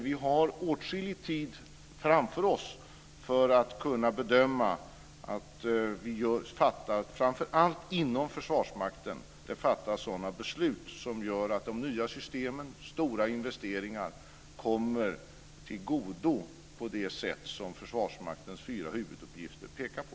Vi har åtskillig tid framför oss för att kunna bedöma att vi framför allt inom Försvarsmakten fattar sådana beslut som gör att de nya systemens stora investeringar kommer till nytta på det sätt som Försvarsmaktens fyra huvuduppgifter pekar på.